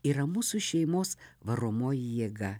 yra mūsų šeimos varomoji jėga